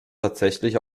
tatsächlich